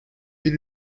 bir